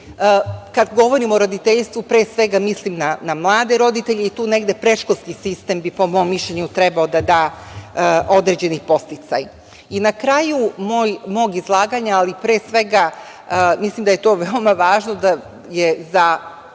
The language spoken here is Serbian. Kad govorim o roditeljstvu pre svega mislim na mlade roditelje i tu negde predškolski sistem bi po mom mišljenju trebao da da određeni podsticaj. Na kraju mog izlaganja, ali pre svega, mislim da je to veoma važno, da je za